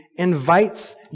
invites